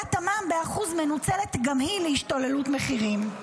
שעליית המע"מ ב-1% מנוצלת גם היא להשתוללות מחירים.